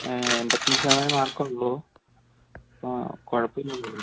എമ്പത്തഞ്ച് ശതമാനം മാർക്ക് ഉള്ളൂ അപ്പോൾ കുഴപ്പം ഇല്ലല്ലൊ അല്ലേ